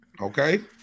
Okay